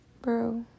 Bro